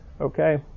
Okay